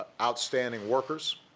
outstanding workers,